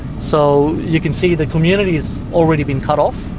so you can see the community has already been cut off.